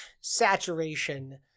saturation